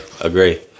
agree